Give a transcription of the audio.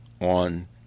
on